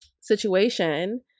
situation